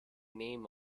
name